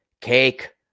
cake